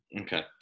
Okay